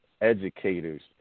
educators